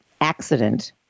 accident